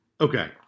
Okay